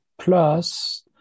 plus